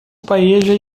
paella